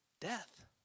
death